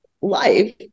life